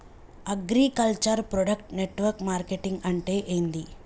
Agriculture product network marketing అంటే ఏంది?